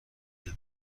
بده